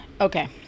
Okay